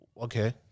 okay